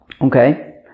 Okay